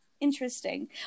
interesting